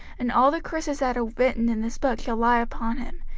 and all the curses that are written in this book shall lie upon him,